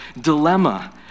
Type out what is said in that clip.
dilemma